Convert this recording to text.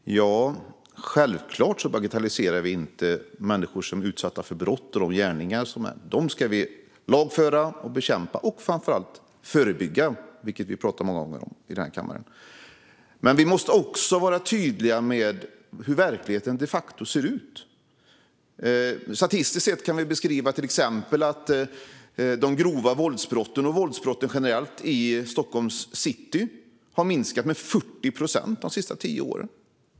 Fru talman! Självklart bagatelliserar vi inte sådana gärningar eller de människor som blivit utsatta för brott. Detta ska vi lagföra, bekämpa och framför allt förebygga, vilket vi många gånger talar om här i kammaren. Vi måste dock också vara tydliga med hur verkligheten de facto ser ut. Statistiskt sett har exempelvis de grova våldsbrotten och våldsbrotten generellt sett i Stockholms city minskat med 40 procent de senaste tio åren.